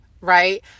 right